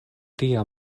tia